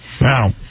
Now